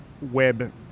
web